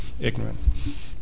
ignorance